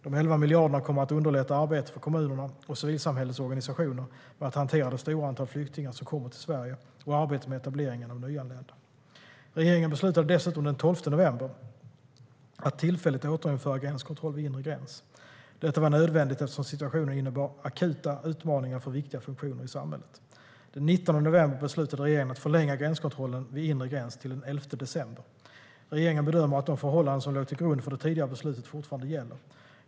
De 11 miljarderna kommer att underlätta arbetet för kommunerna och civilsamhällets organisationer med att hantera det stora antal flyktingar som kommer till Sverige och arbetet med etableringen av nyanlända. Regeringen beslutade dessutom den 12 november att tillfälligt återinföra gränskontroll vid inre gräns. Detta var nödvändigt eftersom situationen innebar akuta utmaningar för viktiga funktioner i samhället. Den 19 november beslutade regeringen att förlänga gränskontrollen vid inre gräns till den 11 december. Regeringen bedömer att de förhållanden som låg till grund för det tidigare beslutet fortfarande gäller.